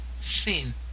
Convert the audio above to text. sin